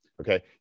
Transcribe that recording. Okay